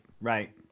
Right